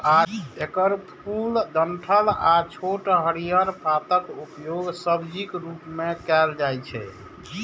एकर फूल, डंठल आ छोट हरियर पातक उपयोग सब्जीक रूप मे कैल जाइ छै